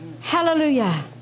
Hallelujah